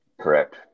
correct